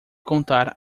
contar